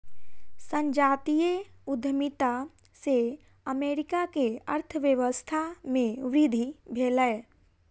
संजातीय उद्यमिता से अमेरिका के अर्थव्यवस्था में वृद्धि भेलै